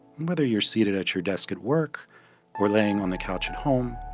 whether you're seated at your desk at work or laying on the couch at home,